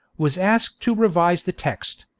was asked to revise the text,